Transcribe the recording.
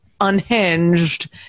unhinged